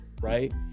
right